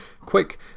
quick